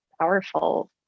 powerful